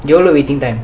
எவ்ளொ:evlo waiting time